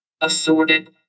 assorted